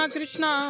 Krishna